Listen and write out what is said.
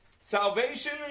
Salvation